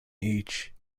each